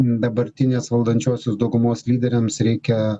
dabartinės valdančiosios daugumos lyderiams reikia